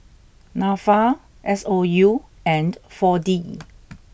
Nafa S O U and four D